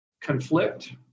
conflict